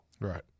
Right